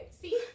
see